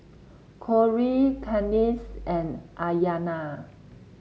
Corrie Kadence and Ayanna